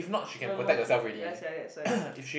one more came ya sia that's why